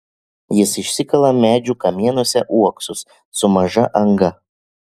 jis išsikala medžių kamienuose uoksus su maža anga